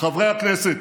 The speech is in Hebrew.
חברי הכנסת,